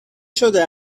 شده